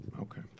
Okay